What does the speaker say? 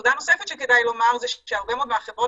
ונקודה נוספת שכדאי לומר זה שהרבה מאוד מהחברות